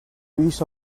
piece